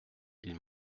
ils